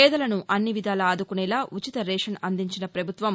పేదలను అన్ని విధాలా ఆదుకునేలా ఉచిత రేషన్ అందించిన పభుత్వం